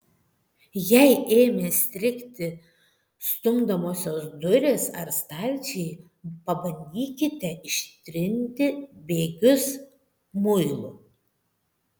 jei ėmė strigti stumdomosios durys ar stalčiai pabandykite ištrinti bėgius muilu